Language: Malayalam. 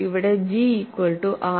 ഇവിടെ G ഈക്വൽ റ്റു R